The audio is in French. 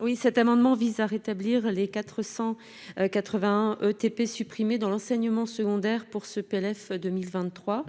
Oui, cet amendement vise à rétablir les 481 ETP supprimés dans l'enseignement secondaire pour ce PLF 2023,